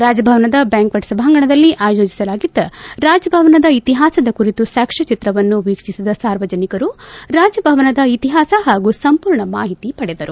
ರಾಜಭವನದ ಬ್ಲಾಂಕ್ಟೆಟ್ ಸಭಾಂಗಣದಲ್ಲಿ ಆಯೋಜಿಸಲಾಗಿದ್ದ ರಾಜಭವನದ ಇತಿಹಾಸದ ಕುರಿತು ಸಾಕ್ಷ್ಮಚಿತ್ರವನ್ನು ವೀಕ್ಷಿಸಿದ ಸಾರ್ವಜನಿಕರು ರಾಜಭವನದ ಇತಿಹಾಸ ಹಾಗೂ ಸಂಪೂರ್ಣ ಮಾಹಿತಿ ಪಡೆದರು